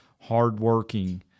hardworking